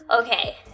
Okay